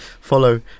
follow